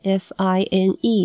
fine